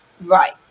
Right